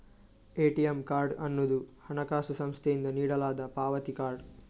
ATM card ಅನ್ನುದು ಹಣಕಾಸು ಸಂಸ್ಥೆಯಿಂದ ನೀಡಲಾದ ಪಾವತಿ ಕಾರ್ಡ್